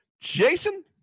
Jason